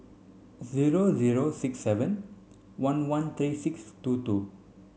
zero zero six seven one one three six two two